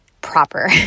proper